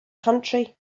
country